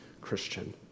Christian